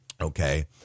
Okay